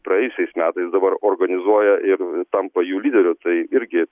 praėjusiais metais dabar organizuoja ir tampa jų lyderiu tai irgi